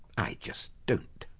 i just don't.